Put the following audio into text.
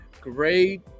great